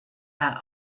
that